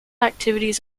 activities